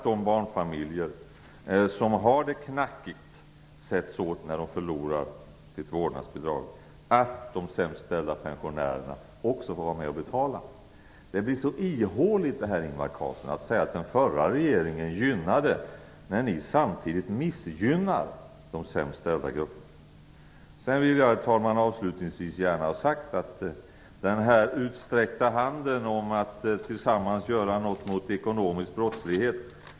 De barnfamiljer som har det knackigt sätts åt när de förlorar sitt vårdnadsbidrag. De sämst ställda pensionärerna får också vara med och betala. Det blir så ihåligt, Ingvar Carlsson, att säga att den förra regeringen gynnade de besuttna när ni samtidigt missgynnar de sämst ställda grupperna! Herr talman! Jag vill avslutningsvis gärna ha sagt att det naturligtvis är en självklarhet att fatta den hand som sträckts ut för att vi tillsammans skall göra något mot ekonomisk brottslighet.